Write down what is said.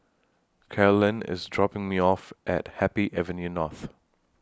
Carlyn IS dropping Me off At Happy Avenue North